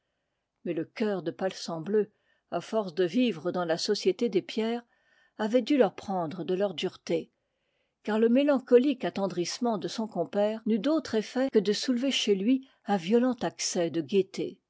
mais le cœur de palsambleu à force de vivre dans la société des pierres avait dû leur prendre de leur dureté car le mélan colique attendrissement de son compère n'eut d'autre effet que de soulever chez lui un violent accès de gaieté